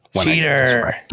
Cheater